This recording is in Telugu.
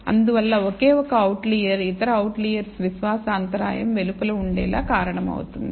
అందువల్ల ఒకే ఒక ఔట్లియర్ ఇతర అవుట్లెర్స్ విశ్వాస అంతరాయం వెలుపల ఉండేలా కారణమవుతుంది